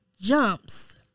jumps